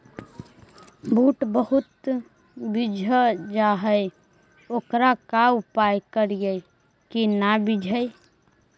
बुट बहुत बिजझ जा हे ओकर का उपाय करियै कि न बिजझे?